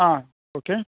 okay